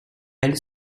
elle